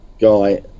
guy